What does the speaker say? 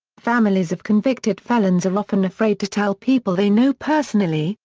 families of convicted felons are often afraid to tell people they know personally,